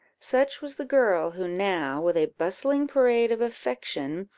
such was the girl who now, with a bustling parade of affection,